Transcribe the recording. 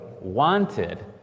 wanted